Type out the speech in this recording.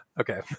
Okay